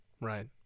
Right